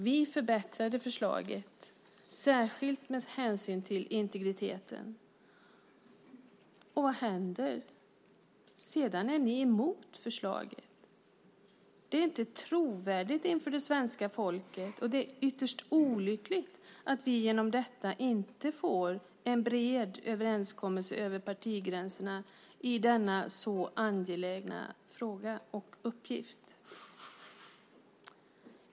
Vi förbättrade förslaget, särskilt med hänsyn till integriteten. Och vad händer? Sedan är ni emot förslaget. Det är inte trovärdigt inför svenska folket, och det är ytterst olyckligt att vi i och med detta inte får någon bred överenskommelse över partigränserna i denna så angelägna fråga och uppgift.